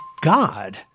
God